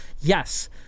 Yes